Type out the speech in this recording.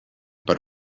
per